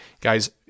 Guys